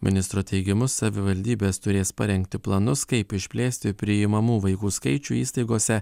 ministro teigimu savivaldybės turės parengti planus kaip išplėsti priimamų vaikų skaičių įstaigose